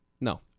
No